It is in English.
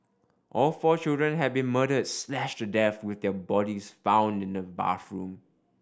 all four children had been murdered slashed to death with their bodies found in the bathroom